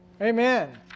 Amen